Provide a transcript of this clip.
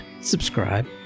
subscribe